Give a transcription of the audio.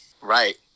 Right